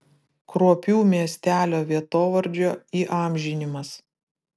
kruopių miestelio vietovardžio įamžinimas